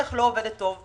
היא לא עובדת טוב.